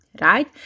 Right